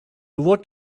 looked